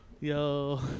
Yo